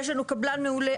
יש לנו קבלן מעולה.